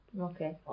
Okay